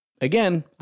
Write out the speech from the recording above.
Again